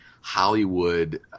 Hollywood